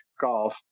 Golf